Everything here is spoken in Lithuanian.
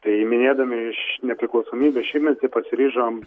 tai minėdami iš nepriklausomybės šimtmetį pasiryžom